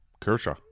Kershaw